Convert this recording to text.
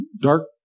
dark